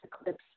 eclipse